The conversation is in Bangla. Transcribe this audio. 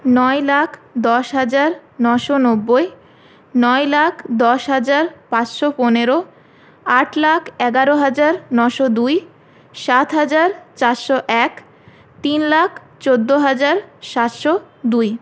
নয় লাখ দশ হাজার নশো নব্বই নয় লাখ দশ হাজার পাঁচশো পনেরো আট লাখ এগারো হাজার নশো দুই সাত হাজার চারশো এক তিন লাখ চোদ্দো হাজার সাতশো দুই